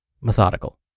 methodical